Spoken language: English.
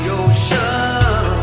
ocean